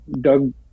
Doug